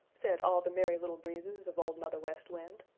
said all the merry little breezes of old mother west wind.